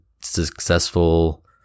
successful